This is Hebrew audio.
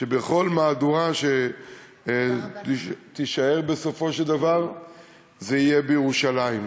שבכל מהדורה שתישאר בסופו של דבר זה יהיה בירושלים.